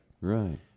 Right